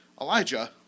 Elijah